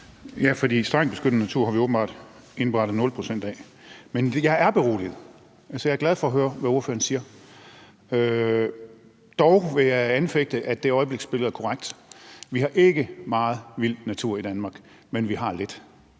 Ja, for strengt beskyttet natur har vi åbenbart indberettet nul procent af. Men jeg er beroliget. Jeg er glad for at høre, hvad ordføreren siger. Dog vil jeg anfægte, at det øjebliksbillede er korrekt. Vi har ikke meget vild natur i Danmark, men vi har lidt,